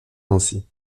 nancy